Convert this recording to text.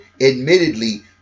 admittedly